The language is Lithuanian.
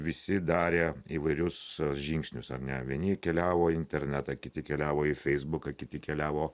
visi darė įvairius žingsnius ar ne vieni keliavo į internetą kiti keliavo į feisbuką kiti keliavo